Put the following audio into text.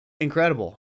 Incredible